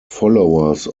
followers